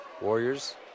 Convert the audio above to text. Warriors